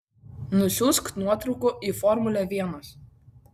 nusiųsk nuotraukų į formulę vienas